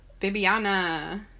Bibiana